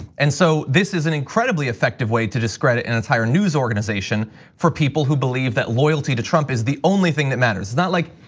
and so this is an incredibly effective way to discredit an entire news organization for people who believe that loyalty to trump is the only thing that matters. it's not like,